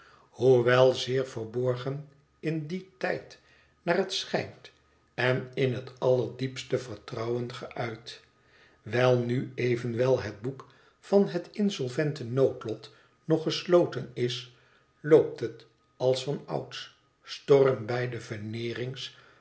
hoewel zeer verborgen in dien tijd naar het schijnt en in het allerdiepste vertrouwen geuit wijl nu evenwel het boek van het insolvente noodlot nog gesloten is loopt het als vanouds storm bij de veneerings